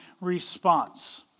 response